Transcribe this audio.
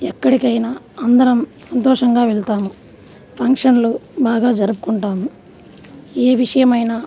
ఎక్కడికైనా అందరం సంతోషంగా వెళ్తాము ఫంక్షన్లు బాగా జరుపుకుంటాము ఏ విషయమైనా